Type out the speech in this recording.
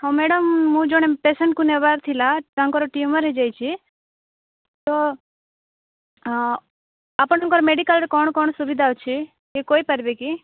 ହଁ ମ୍ୟାଡ଼ାମ୍ ମୁଁ ଜଣେ ପେସେଣ୍ଟ୍କୁ ନେବାର ଥିଲା ତାଙ୍କର ଟ୍ୟୁମର୍ ହେଇଯାଇଛି ତ ଆପଣଙ୍କର ମେଡ଼ିକାଲ୍ରେ କ'ଣ କ'ଣ ସୁବିଧା ଅଛି କି କହିପାରିବେ କି